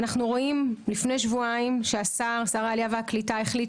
אנו רואים לפני שבועיים ששר העלייה והקליטה החליט